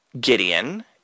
Gideon